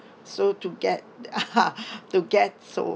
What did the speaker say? so to get to get so